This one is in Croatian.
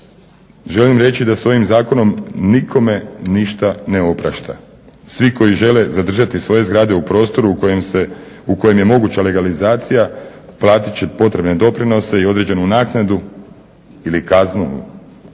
Želim reći da s ovim zakonom nikome ništa ne oprašta. Svi koji žele zadržati svoje zgrade u prostoru u kojem je moguća legalizacija platit će potrebne doprinose i određenu naknadu ili kaznu